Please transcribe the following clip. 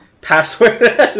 Password